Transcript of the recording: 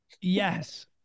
Yes